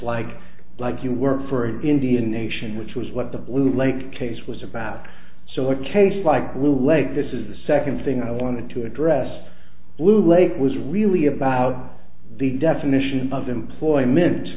like like you work for an indian nation which was what the blue lake case was about so a case like will leg this is the second thing i wanted to address blue lake was really about the definition of employment